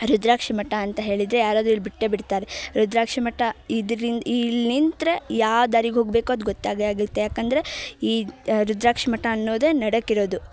ರುದ್ರಾಕ್ಷಿ ಮಠ ಅಂತ ಹೇಳಿದರೆ ಯಾರಾದರೂ ಇಲ್ಲಿ ಬಿಟ್ಟೇ ಬಿಡ್ತಾರೆ ರುದ್ರಾಕ್ಷಿ ಮಠ ಇದ್ರಿಂದ ಇಲ್ಲಿ ನಿಂತರೆ ಯಾವ ದಾರಿಗೆ ಹೋಗಬೇಕೋ ಅದು ಗೊತ್ತಾಗೇ ಆಗುತ್ತೆ ಯಾಕಂದರೆ ಈ ರುದ್ರಾಕ್ಷಿ ಮಠ ಅನ್ನೋದೇ ನಡಕ್ಕೆ ಇರೋದು